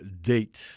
date